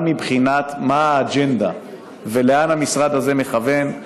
גם מבחינת מה האג'נדה ולאן המשרד הזה מכוון.